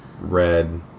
Red